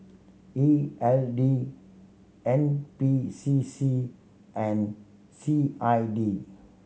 E L D N P C C and C I D